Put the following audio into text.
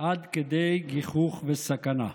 עד כדי גיחוך וסכנה,